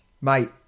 mate